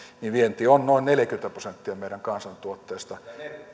niin vienti on noin neljäkymmentä prosenttia meidän kansantuotteestamme